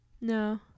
No